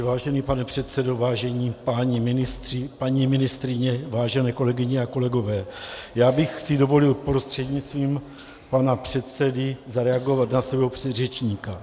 Vážený pane předsedo, vážení páni ministři, paní ministryně, vážené kolegyně a kolegové, já bych si dovolil prostřednictvím pana předsedy zareagovat na svého předřečníka.